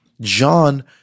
John